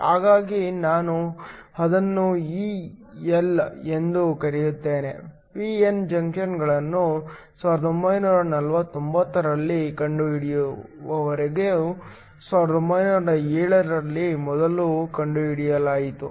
ಹಾಗಾಗಿ ನಾನು ಅದನ್ನು E L ಎಂದು ಕರೆಯುತ್ತೇನೆ ಪಿ ಎನ್ ಜಂಕ್ಷನ್ಗಳನ್ನು 1949 ರಲ್ಲಿ ಕಂಡುಹಿಡಿಯುವವರೆಗೂ 1907 ರಲ್ಲಿ ಮೊದಲು ಕಂಡುಹಿಡಿಯಲಾಯಿತು